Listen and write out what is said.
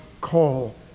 call